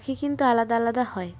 পাখি কিন্তু আলাদা আলাদা হয়